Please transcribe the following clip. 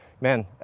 Man